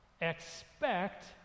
expect